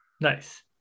nice